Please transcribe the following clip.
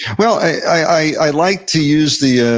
well, i like to use the ah